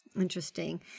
Interesting